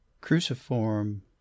cruciform